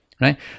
right